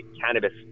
cannabis